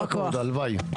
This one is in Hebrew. הלוואי.